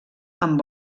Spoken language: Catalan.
amb